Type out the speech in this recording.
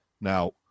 Now